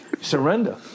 surrender